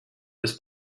was